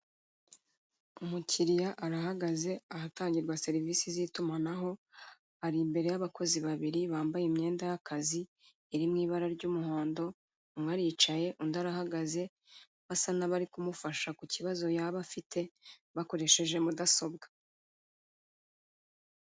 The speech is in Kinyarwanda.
Umukiliya arahagaze ahatangirwa serivise z'itumanaho ari imbere y'abakozi babiri bambaye imyenda y'akazi iri mu ibara ry'umuhondo, umwe yicaye undi arahagaze, basa nk'abari kumufasha ku kibazo yaba afite, bakoresheje mudasobwa.